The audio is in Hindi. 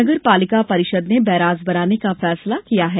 नगरपालिका परिषद ने बैराज बनाने का फैसला किया है